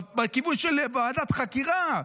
כיוון של ועדת חקירה.